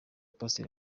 pastor